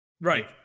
right